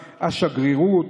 השגרירות,